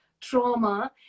trauma